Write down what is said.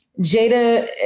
Jada